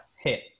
hit